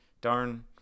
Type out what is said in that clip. darn